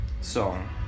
song